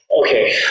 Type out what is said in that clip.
Okay